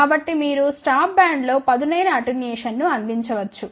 కాబట్టి మీరు స్టాప్ బ్యాండ్లో పదునైన అటెన్యుయేషన్ను అందించవచ్చు